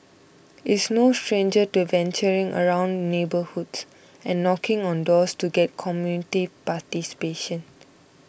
is no stranger to venturing around neighbourhoods and knocking on doors to get community participation